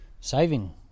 saving